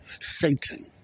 Satan